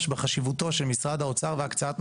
בחשיבותו של משרד האוצר והקצאת משאבים,